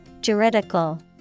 juridical